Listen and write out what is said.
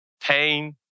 pain